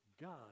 God